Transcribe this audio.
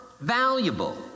valuable